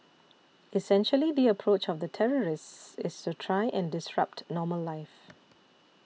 essentially the approach of the terrorists is to try and disrupt normal life